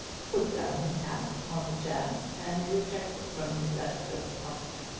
put down his hat upon the chair and drew a checkbook from his breast coat pocket.